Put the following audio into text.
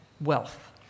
wealth